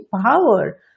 power